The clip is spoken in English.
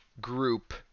group